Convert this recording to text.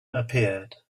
appeared